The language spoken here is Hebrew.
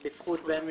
בזכות בן משפחה.